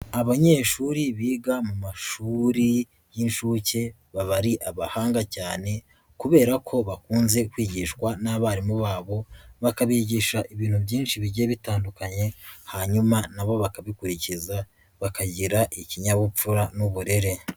Abanyeshuri biga mu mashuri y'inshuke, baba ari abahanga cyane kubera ko bakunze kwigishwa n'abarimu babo, bakabigisha ibintu byinshi bigiye bitandukanye, hanyuma na bo bakabikurikiza bakagira ikinyabupfura n'uburere.